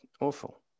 awful